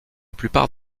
plupart